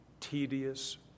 tedious